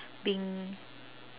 being